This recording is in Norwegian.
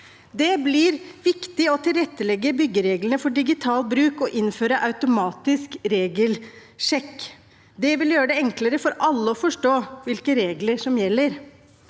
Det blir viktig å tilrettelegge byggereglene for digital bruk og innføre automatisk regelsjekk. Det vil gjøre det enklere for alle å forstå hvilke regler som gjelder.